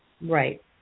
Right